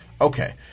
Okay